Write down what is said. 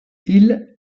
hill